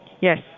Yes